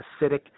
acidic